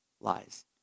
lies